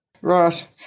Right